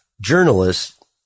journalists